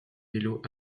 vélos